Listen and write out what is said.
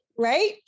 Right